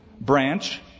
branch